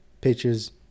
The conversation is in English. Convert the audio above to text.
pictures